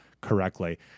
correctly